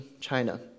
China